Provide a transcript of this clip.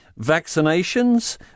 Vaccinations